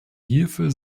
hierfür